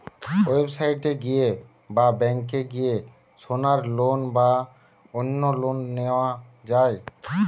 website এ গিয়ে বা ব্যাংকে গিয়ে সোনার লোন বা অন্য লোন নেওয়া যায়